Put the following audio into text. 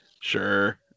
Sure